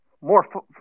more